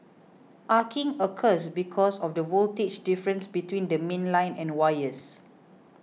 arcing occurs because of the voltage difference between the mainline and wires